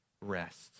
rest